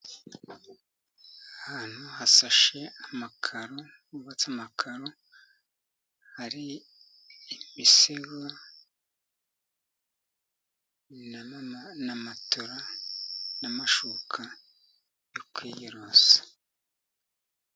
Ahantu hasashe amakaro, hubatse amakaro, hari imisego na matora, n'amashuka yo kwiyorosa.